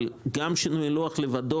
גם שינוי הלוח לבדו,